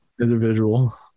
individual